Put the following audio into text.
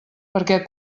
perquè